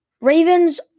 Ravens